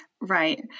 Right